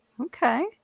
Okay